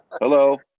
Hello